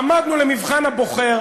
עמדנו למבחן הבוחר,